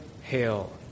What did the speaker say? hail